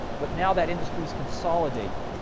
but now that industry is consolidating.